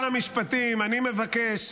אדוני שר המשפטים, אני מבקש,